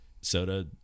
soda